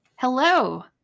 Hello